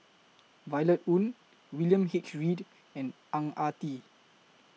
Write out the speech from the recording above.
Violet Oon William H Read and Ang Ah Tee